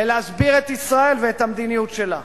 ולהסביר את ישראל ואת המדיניות שלה,